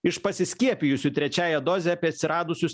iš pasiskiepijusių trečiąja doze apie atsiradusius